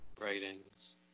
writings